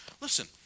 Listen